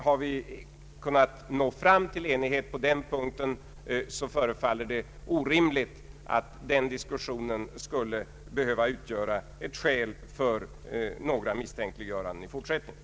Har vi kunnat nå fram till enighet på den punkten förefaller det orimligt att denna diskussion skulle behöva utgöra ett skäl för några misstänkliggöranden i fortsättningen.